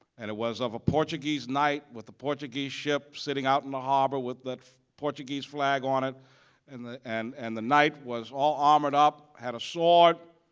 and it was of a portuguese knight with a portuguese ship sitting out in the harbor with a portuguese flag on it and the and and the knight was all armored up, had a sword,